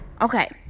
Okay